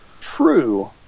true